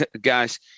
guys